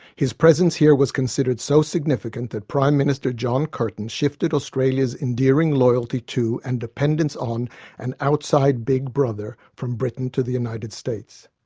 his presence here was considered so significant that prime minister john curtin shifted australia's endearing loyalty to and dependence on an outside big brother from britain to the united states.